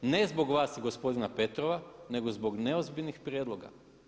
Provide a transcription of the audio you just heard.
Ne zbog vas i gospodina Petrova nego zbog neozbiljnih prijedloga.